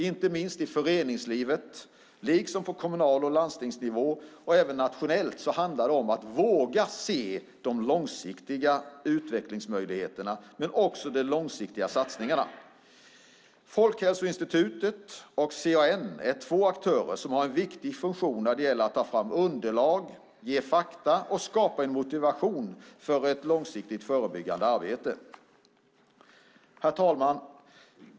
Inte minst i föreningslivet liksom på kommunal och landstingsnivå och även nationellt handlar det om att våga se de långsiktiga utvecklingsmöjligheterna men också att göra de långsiktiga satsningarna. Folkhälsoinstitutet och CAN är två aktörer som har en viktig funktion för att ta fram underlag, ge fakta och skapa en motivation för ett långsiktigt förebyggande arbete. Herr talman!